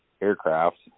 aircraft